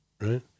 right